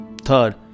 Third